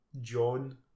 John